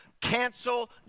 cancel